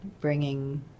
bringing